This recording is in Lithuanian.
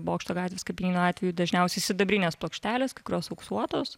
bokšto gatvės kapinyno atveju dažniausiai sidabrinės plokštelės kai kurios auksuotos